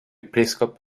pleskob